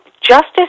justice